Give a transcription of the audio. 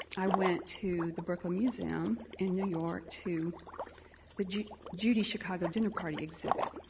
i went to the brooklyn museum in new york to the judy judy chicago dinner party exhibit.